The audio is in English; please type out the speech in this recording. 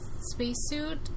spacesuit